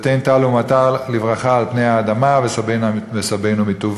ותן טל ומטר לברכה על פני האדמה ושבּענו מטובה,